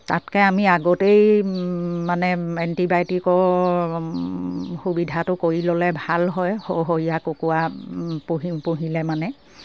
তাতকে আমি আগতেই মানে এণ্টিবায়'টিকৰ সুবিধাটো কৰি ল'লে ভাল হয় সৰহীয়া কুকুৰা পুহিলে মানে